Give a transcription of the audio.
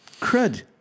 Crud